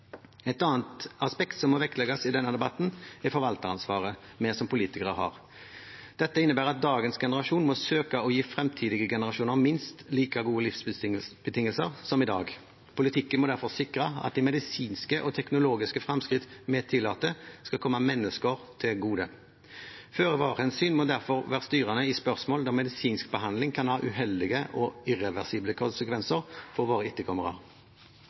Et annet aspekt som må vektlegges i denne debatten, er forvalteransvaret vi som politikere har. Dette innebærer at dagens generasjon må søke å gi fremtidige generasjoner minst like gode livsbetingelser som i dag. Politikken må derfor sikre at de medisinske og teknologiske fremskrittene vi tillater, skal komme mennesker til gode. Føre-var-hensyn må derfor være styrende i spørsmål der medisinsk behandling kan ha uheldige og irreversible konsekvenser for våre